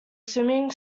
swimming